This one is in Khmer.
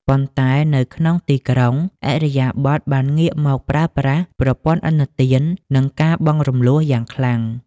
ប៉ុន្តែនៅក្នុងទីក្រុង ឥរិយាបថបានងាកមកប្រើប្រាស់ "ប្រព័ន្ធឥណទាន និងការបង់រំលស់" យ៉ាងខ្លាំង។